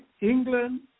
England